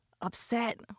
upset